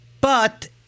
But-